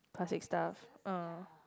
classic stuff uh